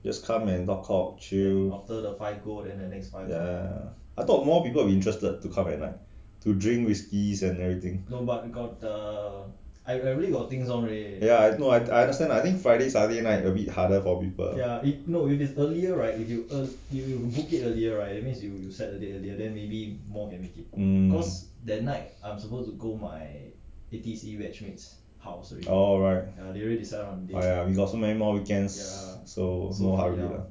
just come and talk cock chill ya I thought more people will be interested to come at night to drink whisky and everything ya I know I understand lah I think friday saturday night a bit harder for people hmm oh right ya ya we got so many more weekends so so no hurry